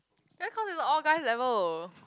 maybe cause it's all guys level